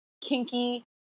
kinky